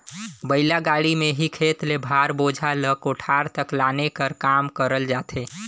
बइला गाड़ी मे ही खेत ले भार, बोझा ल कोठार तक लाने कर काम करल जाथे